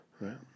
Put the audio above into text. Right